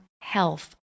health